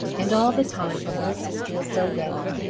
and all the time the little sister is so ready,